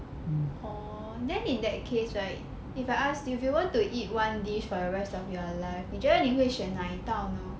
then in that case right if I asked you have you want to eat one dish for the rest of your life 你觉得你会选哪一个